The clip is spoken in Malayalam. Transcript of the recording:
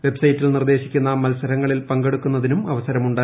വെബ്സൈറ്റിൽ നിർദേശിക്കുന്ന മത്സരങ്ങളിൽ പങ്കെടുക്കുന്നതിനും അവസരമുണ്ട്